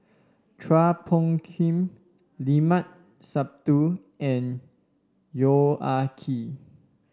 Chua Phung Kim Limat Sabtu and Yong Ah Kee